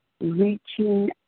reaching